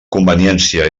conveniència